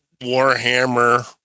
Warhammer